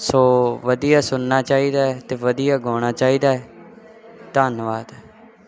ਸੋ ਵਧੀਆ ਸੁਣਨਾ ਚਾਹੀਦਾ ਅਤੇ ਵਧੀਆ ਗਾਉਣਾ ਚਾਹੀਦਾ ਧੰਨਵਾਦ